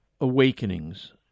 awakenings